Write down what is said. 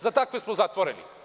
Za takve smo zatvoreni.